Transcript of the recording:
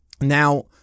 Now